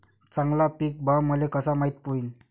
चांगला पीक भाव मले कसा माइत होईन?